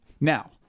Now